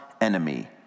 enemy